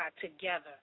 together